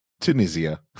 Tunisia